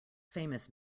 famous